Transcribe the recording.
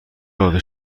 داده